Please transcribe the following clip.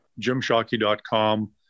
jimshockey.com